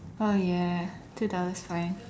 oh ya two dollar's fine